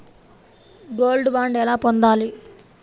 Gold bond ఎలా పొందాలి?